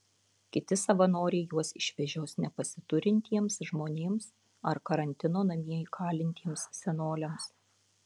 kiti savanoriai juos išvežios nepasiturintiems žmonėms ar karantino namie įkalintiems senoliams